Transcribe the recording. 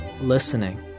listening